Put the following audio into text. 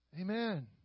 Amen